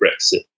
Brexit